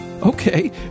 okay